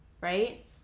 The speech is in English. right